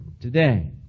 today